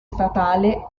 statale